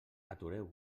atureu